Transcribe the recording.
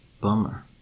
Bummer